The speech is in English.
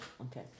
Okay